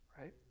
right